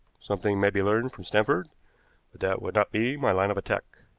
something may be learned from stanford, but that would not be my line of attack.